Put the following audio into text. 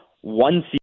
One